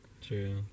True